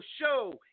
show